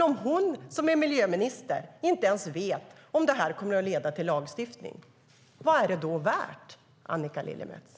Om hon, som är miljöminister, inte ens vet om det här kommer att leda till lagstiftning undrar jag: Vad är det då värt, Annika Lillemets?